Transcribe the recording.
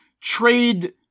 trade